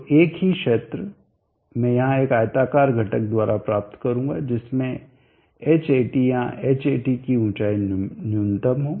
तो एक ही क्षेत्र मैं यहां एक आयताकार घटक द्वारा प्राप्त करूंगा जिसमें Hat या Hat की चौड़ाई न्यूनतम हो